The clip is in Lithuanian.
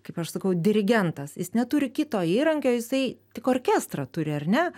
kaip aš sakau dirigentas jis neturi kito įrankio jisai tik orkestrą turi ar ne